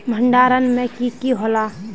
भण्डारण में की की होला?